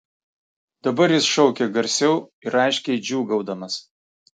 dabar jis šaukė garsiau ir aiškiai džiūgaudamas